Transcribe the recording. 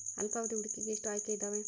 ಅಲ್ಪಾವಧಿ ಹೂಡಿಕೆಗೆ ಎಷ್ಟು ಆಯ್ಕೆ ಇದಾವೇ?